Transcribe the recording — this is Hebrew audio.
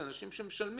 זה אנשים שמשלמים.